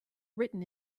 written